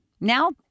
Now